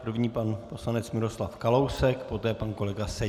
První pan poslanec Miroslav Kalousek, poté pan kolega Seďa.